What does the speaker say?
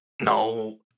No